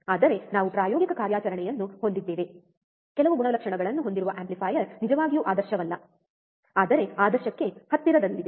ಆದರೆ ನಾವು ಪ್ರಾಯೋಗಿಕ ಕಾರ್ಯಾಚರಣೆಯನ್ನು ಹೊಂದಿದ್ದೇವೆ ಕೆಲವು ಗುಣಲಕ್ಷಣಗಳನ್ನು ಹೊಂದಿರುವ ಆಂಪ್ಲಿಫಯರ್ ನಿಜವಾಗಿಯೂ ಆದರ್ಶವಲ್ಲ ಆದರೆ ಆದರ್ಶಕ್ಕೆ ಹತ್ತಿರದಲ್ಲಿದೆ